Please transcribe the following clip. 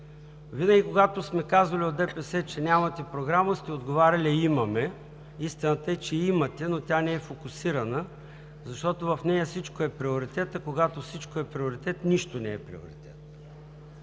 Винаги, когато от ДПС сме казвали, че нямате програма, сте отговаряли: „Имаме!“ Истината е, че имате, но тя не е фокусирана, защото в нея всичко е приоритет, а когато всичко е приоритет, нищо не е приоритет.